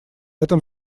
этом